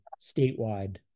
statewide